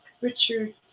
Richard